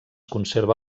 conserva